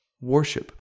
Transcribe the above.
worship